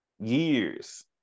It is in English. years